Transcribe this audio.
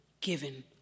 given